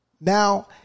now